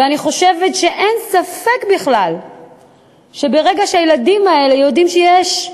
ואני חושבת שאין ספק בכלל שברגע שהילדים האלה יודעים שיש,